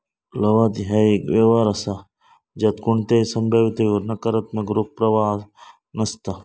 लवाद ह्या एक व्यवहार असा ज्यात कोणताही संभाव्यतेवर नकारात्मक रोख प्रवाह नसता